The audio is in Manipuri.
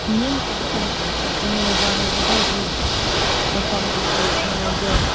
ꯃꯤ ꯑꯃꯇꯥꯗꯤ ꯆꯠꯄꯅꯦꯕ ꯍꯥꯏꯕꯗꯤ ꯃꯐꯝꯗꯣ ꯁ ꯁꯪꯉꯥꯏꯗꯣ